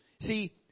See